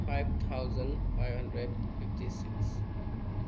five thousand five hundred fifty six